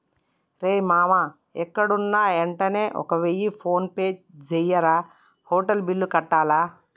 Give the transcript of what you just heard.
రేయ్ మామా ఎక్కడున్నా యెంటనే ఒక వెయ్య ఫోన్పే జెయ్యిరా, హోటల్ బిల్లు కట్టాల